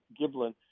Giblin